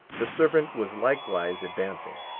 the servant was likewise advancing.